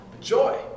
joy